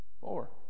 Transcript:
Four